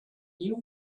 new